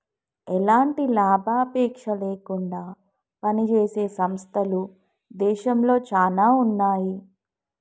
ఎలాంటి లాభాపేక్ష లేకుండా పనిజేసే సంస్థలు దేశంలో చానా ఉన్నాయి